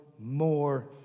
more